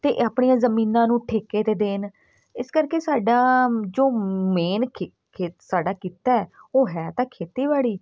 ਅਤੇ ਆਪਣੀਆਂ ਜ਼ਮੀਨਾਂ ਨੂੰ ਠੇਕੇ 'ਤੇ ਦੇਣ ਇਸ ਕਰਕੇ ਸਾਡਾ ਜੋ ਮੇਨ ਸਾਡਾ ਕਿੱਤਾ ਉਹ ਹੈ ਤਾਂ ਖੇਤੀਬਾੜੀ